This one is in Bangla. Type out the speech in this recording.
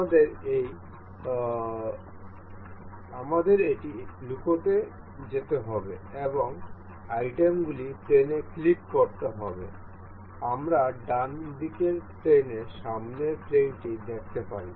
আমাদের এই লুকোতে যেতে হবে এবং আইটেমগুলি প্লেনে ক্লিক করতে হবে আমরা ডান দিকের প্লেনে সামনের প্লেনটি দেখতে পারি